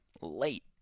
late